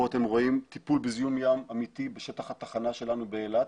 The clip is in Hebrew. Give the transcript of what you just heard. פה אתם רואים טיפול בזיהום ים אמיתי בשטח התחנה שלנו באילת,